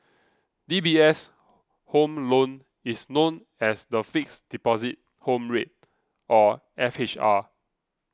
D B S Home Loan is known as the Fixed Deposit Home Rate or F H R